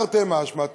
תרתי משמע,